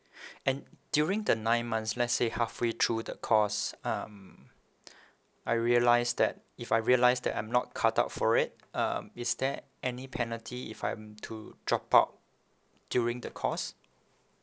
and during the nine months let's say halfway through the course um I realise that if I realise that I'm not cull out for it um is there any penalty if I'm to drop out during the course